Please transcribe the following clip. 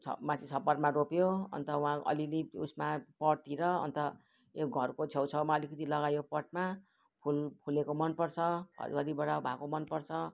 छ माथि छप्परमा रोप्यो अन्त वहाँ अलिअलि उसमा पटतिर अन्त यो घरको छेउछाउमा अलिकति लगायो पटमा फुल फुलेको मनपर्छ भएको मनपर्छ